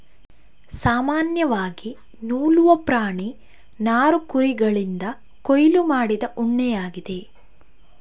ಸಾಮಾನ್ಯವಾಗಿ ನೂಲುವ ಪ್ರಾಣಿ ನಾರು ಕುರಿಗಳಿಂದ ಕೊಯ್ಲು ಮಾಡಿದ ಉಣ್ಣೆಯಾಗಿದೆ